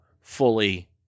fully